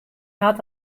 hat